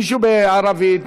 מישהו בערבית,